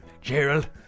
Gerald